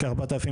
כ-2,000